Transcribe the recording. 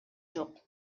жок